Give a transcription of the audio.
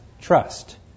trust